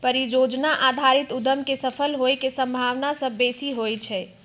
परिजोजना आधारित उद्यम के सफल होय के संभावना सभ बेशी होइ छइ